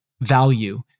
value